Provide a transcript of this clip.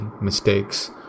mistakes –